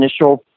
initial